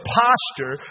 posture